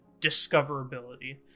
discoverability